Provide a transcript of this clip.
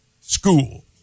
school